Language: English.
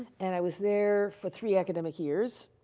and i was there for three academic years.